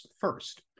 first